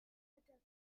handle